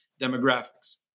demographics